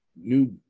new